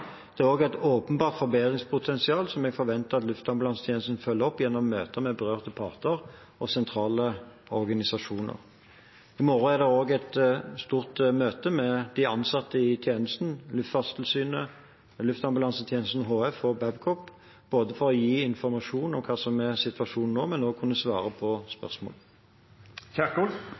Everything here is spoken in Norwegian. Det er også et åpenbart forbedringspotensial som jeg forventer at Luftambulansetjenesten følger opp gjennom møter med berørte parter og sentrale organisasjoner. I morgen er det også et stort møte med de ansatte i tjenesten, Luftfartstilsynet, Luftambulansetjenesten HF og Babcock, for å gi informasjon om hva som er situasjonen nå, og også for å kunne svare på